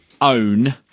own